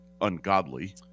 ungodly